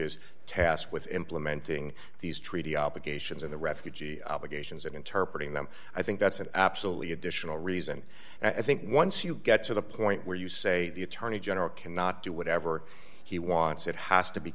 is tasked with implementing these treaty obligations and the refugee obligations and interpreted them i think that's an absolutely additional reason and i think once you get to the point where you say the attorney general cannot do whatever he wants it has to be